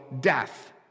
death